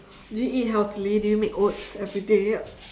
do you eat healthily do you make oats everyday